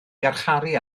garcharu